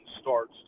starts